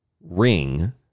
ring